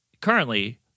currently